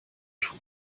tun